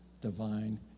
divine